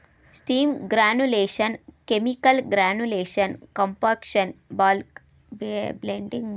steam granulation, chemical granulation, compaction, bulk blending ಮೂಲಕ MPK ಗೊಬ್ಬರಗಳನ್ನು ಮಾಡ್ತರೆ